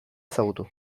ezagutu